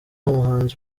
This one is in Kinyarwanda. umuhanzi